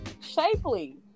shapely